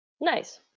Nice